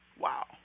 Wow